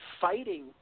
fighting